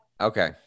Okay